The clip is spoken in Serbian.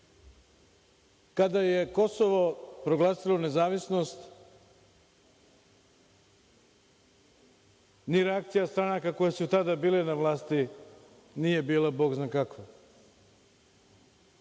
Kada je Kosovo proglasilo nezavisnost ni reakcija stranaka koje su tada bile na vlasti nije bilo bog zna kakva.